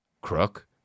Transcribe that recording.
crook